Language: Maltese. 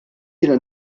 jiena